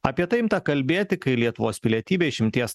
apie tai imta kalbėti kai lietuvos pilietybė išimties